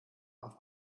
auf